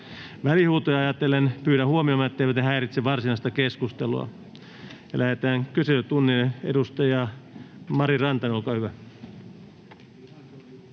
Välihuutoja ajatellen pyydän huomioimaan, etteivät ne häiritse varsinaista keskustelua. Lähdetään kyselytunnille, edustaja Mari Rantanen, olkaa hyvä. Arvoisa